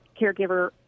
caregiver